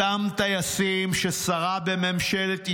אותם טייסים ששרה בממשלת ישראל,